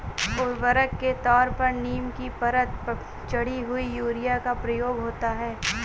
उर्वरक के तौर पर नीम की परत चढ़ी हुई यूरिया का प्रयोग होता है